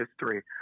history